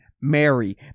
Mary